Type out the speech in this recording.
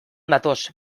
datoz